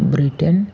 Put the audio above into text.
Britain